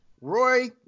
Roy